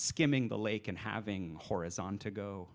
skimming the lake and having horizontal go